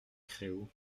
créault